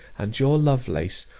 and your lovelace,